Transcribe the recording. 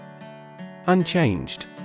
Unchanged